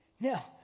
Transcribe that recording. Now